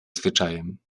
zwyczajem